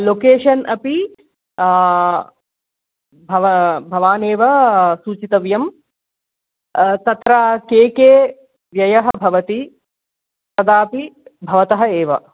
location अपि भवान् एव सूचितव्यम् तत्र के के व्ययः भवति तदपि भवतः एव